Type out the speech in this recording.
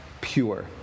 pure